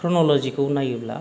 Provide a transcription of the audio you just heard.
chronology खौ नायोब्ला